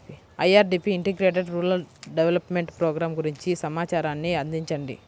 IRDP integrated rural development programme గురించి సమాచారాన్ని అందించండి?